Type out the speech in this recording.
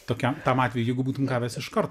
tokiam tam atvejui jeigu būtum gavęs iš karto